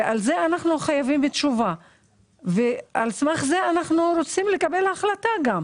שעליה אנחנו חייבים תשובה כדי שנוכל לקבל החלטה.